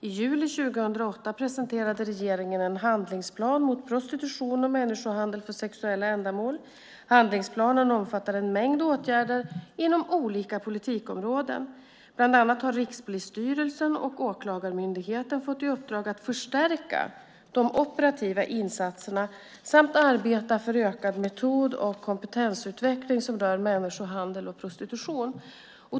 I juli 2008 presenterade regeringen en handlingsplan mot prostitution och människohandel för sexuella ändamål. Handlingsplanen omfattar en mängd åtgärder inom olika politikområden. Bland annat har Rikspolisstyrelsen och Åklagarmyndigheten fått i uppdrag att förstärka de operativa insatserna samt arbeta för en utökad metod och kompetensutveckling som rör människohandel och prostitution.